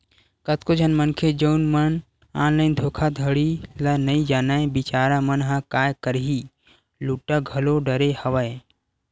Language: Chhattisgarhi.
कतको झन मनखे जउन मन ऑनलाइन धोखाघड़ी ल नइ जानय बिचारा मन ह काय करही लूटा घलो डरे हवय